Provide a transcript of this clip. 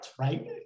right